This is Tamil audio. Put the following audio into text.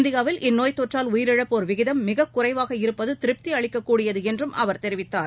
இந்தியாவில் இந்நோய்த் தொற்றால் உயிரிழப்போர் விகிதம் குறைவாக இருப்பதுதிருப்தியளிக்கக்கூடியதுஎன்றும் அவர் தெரிவித்தார்